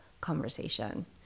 conversation